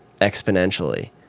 exponentially